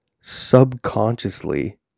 subconsciously